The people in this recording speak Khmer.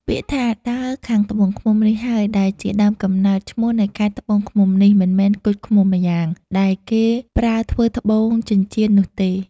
ពាក្យថា “ដើរខាងត្បូងឃ្មុំ” នេះហើយ ដែលជាដើមកំណើតឈ្មោះនៃខេត្តត្បូងឃ្មុំនេះ មិនមែនគជ់ឃ្មុំម៉្យាង ដែលគេប្រើធ្វើត្បូងចិញ្ចៀននោះទេ ។